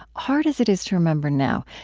hard as it is to remember now,